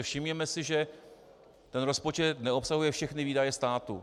Všimněme si, že ten rozpočet neobsahuje všechny výdaje státu.